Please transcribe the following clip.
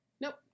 Nope